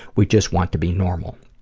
we just want to be normal.